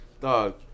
Dog